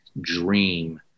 dream